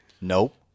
Nope